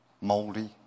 moldy